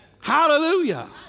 Hallelujah